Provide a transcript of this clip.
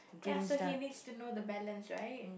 ya so he needs to know the balance right